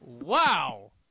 wow